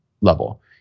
level